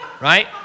right